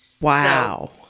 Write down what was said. Wow